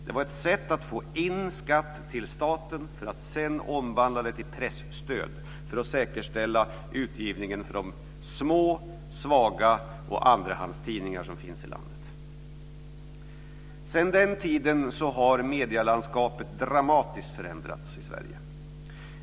Det var ett sätt att få in skatt till staten för att sedan omvandla denna till presstöd, för att säkerställa utgivningen för de små svaga tidningarna och för de andrahandstidningar som finns i landet. Sedan den tiden har medielandskapet förändrats dramatiskt i Sverige.